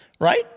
right